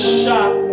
shot